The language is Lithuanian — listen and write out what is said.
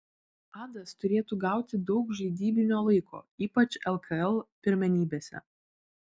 adas turėtų gauti daug žaidybinio laiko ypač lkl pirmenybėse